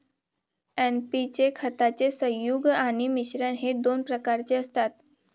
NP चे खताचे संयुग आणि मिश्रण हे दोन प्रकारचे असतात